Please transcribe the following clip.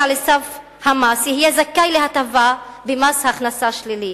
לסף המס יהיה זכאי להטבה במס הכנסה שלילי.